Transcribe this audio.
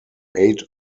eight